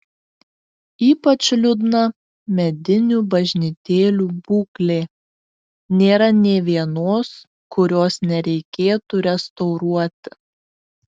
ypač liūdna medinių bažnytėlių būklė nėra nė vienos kurios nereikėtų restauruoti